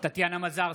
טטיאנה מזרסקי,